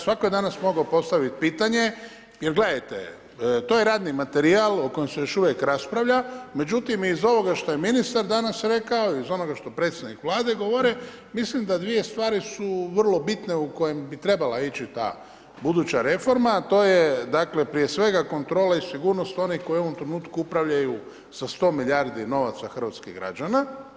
Svatko je danas mogao postaviti pitanje, gledajte, to je radni materijal o kojem se još uvijek raspravlja, međutim iz ovoga što je ministar danas rekao i iz onoga što predstavnik Vlade govori, mislim da dvije stvari su vrlo bitne u kojem bi trebala ići ta buduća reforma, a to je prije svega kontrole i sigurnost onih koji u ovom trenutku upravljaju sa 100 milijardi novaca hrvatskih građana.